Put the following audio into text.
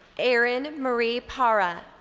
erin marie para.